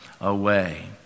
away